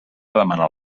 demanar